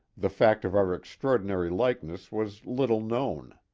the fact of our extraordinary likeness was little known.